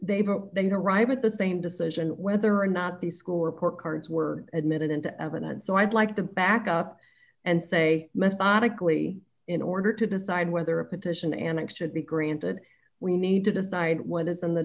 that they arrive at the same decision whether or not the school report cards were admitted into evidence so i'd like to back up and say methodically in order to decide whether a petition and action be granted we need to decide what is in the